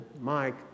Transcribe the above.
Mike